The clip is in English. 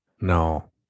No